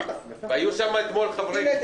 היו שם אתמול חברות